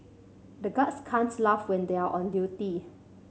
the guards can't laugh when they are on duty